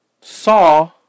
saw